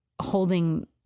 holding